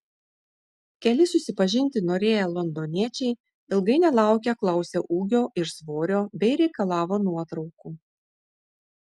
keli susipažinti norėję londoniečiai ilgai nelaukę klausė ūgio ir svorio bei reikalavo nuotraukų